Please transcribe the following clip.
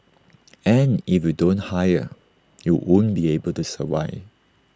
and if you don't hire you won't be able to survive